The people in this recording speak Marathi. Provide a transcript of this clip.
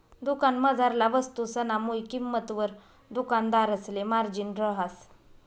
दुकानमझारला वस्तुसना मुय किंमतवर दुकानदारसले मार्जिन रहास